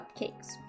cupcakes